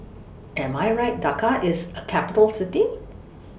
Am I Right Dhaka IS A Capital City